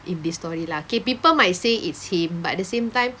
in this story lah okay people might say it's him but at the same time